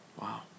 Wow